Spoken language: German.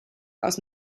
aus